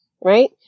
Right